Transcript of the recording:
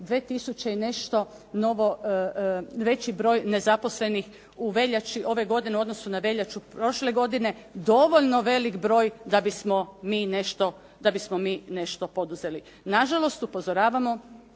2000 i nešto novo, veći broj nezaposlenih u veljači ove godine u odnosu na veljaču prošle godine dovoljno veliki broj da bismo mi nešto, da bismo mi nešto poduzeli. Nažalost, upozoravamo